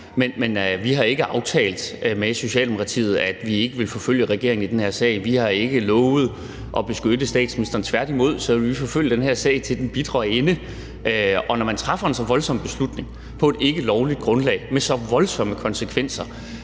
men vi har ikke aftalt med Socialdemokratiet, at vi ikke ville forfølge regeringen i den her sag. Vi har ikke lovet at beskytte statsministeren. Tværtimod vil vi forfølge den her sag til den bitre ende, og når man træffer en så voldsom beslutning på et ikkelovligt grundlag med så voldsomme konsekvenser,